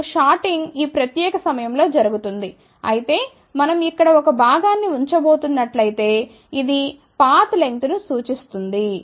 అప్పుడు షార్టింగ్ ఈ ప్రత్యేక సమయంలో జరుగుతుంది అయితే మనం ఇక్కడ ఒక భాగాన్ని ఉంచబోతున్నట్లయితే ఇది పాత్ లెంగ్త్ ను చూస్తుంది